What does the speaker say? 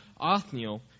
Othniel